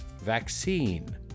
vaccine